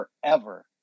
forever